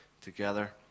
together